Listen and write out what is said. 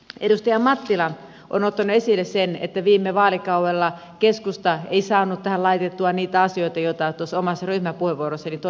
edustaja mattila on ottanut esille sen että viime vaalikaudella keskusta ei saanut tähän laitettua niitä asioita joita tuossa omassa ryhmäpuheenvuorossani toin esille